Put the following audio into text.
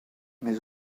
mais